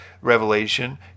Revelation